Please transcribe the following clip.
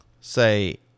say